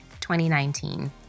2019